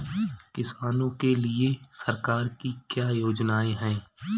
किसानों के लिए सरकार की क्या योजनाएं हैं?